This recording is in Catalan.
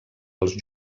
als